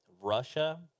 Russia